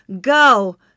go